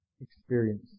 experience